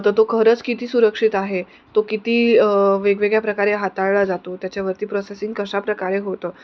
त तो खरंच किती सुरक्षित आहे तो किती वेगवेगळ्या प्रकारे हाताळळा जातो त्याच्यावरती प्रोसेसिंग कशाप्रकारे होतं